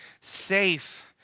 safe